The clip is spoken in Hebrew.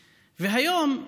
והיום,